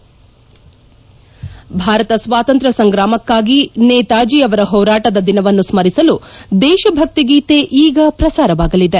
ಈ ಹಿನ್ನೆಲೆಯಲ್ಲಿ ಭಾರತ ಸ್ವಾತಂತ್ರ್ಯ ಸಂಗ್ರಾಮಕ್ಕಾಗಿ ನೇತಾಜಿ ಅವರ ಹೋರಾಟದ ದಿನವನ್ನು ಸ್ಮರಿಸಲು ದೇಶಭಕ್ತಿ ಗೀತೆ ಈಗ ಪ್ರಸಾರವಾಗಲಿದೆ